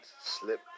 slip